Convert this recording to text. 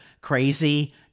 Crazy